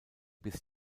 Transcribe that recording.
bis